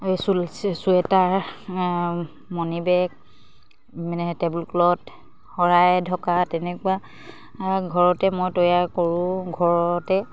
এই চুৱেটাৰ মণিবেগ মানে টেবুল ক্লথ শৰাই ঢকা তেনেকুৱা ঘৰতে মই তৈয়াৰ কৰোঁ ঘৰতে